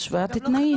זאת השוואת תנאים.